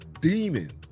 demon